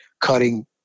Cutting